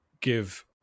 give